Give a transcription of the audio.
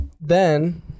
then-